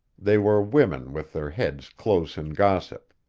they were women with their heads close in gossip.